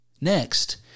Next